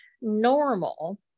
normal